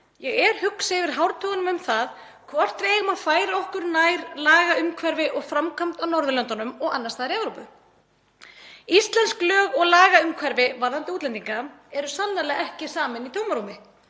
ég er hugsi yfir hártogunum um það hvort við eigum að færa okkur nær lagaumhverfi og framkvæmd á Norðurlöndunum og annars staðar í Evrópu. Íslensk lög og lagaumhverfi varðandi útlendinga eru sannarlega ekki samin í tómarúmi.